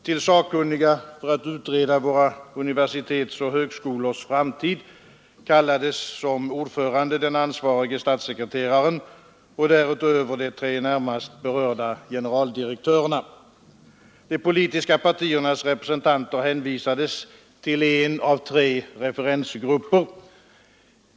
Till sakkunniga för att utreda våra universitets och högskolors framtid kallades som ordförande den ansvarige statssekreteraren och därutöver de tre närmast berörda generaldirektörerna. De politiska partiernas representanter hänvisades till en av tre referensgrupper.